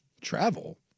Travel